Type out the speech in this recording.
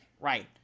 Right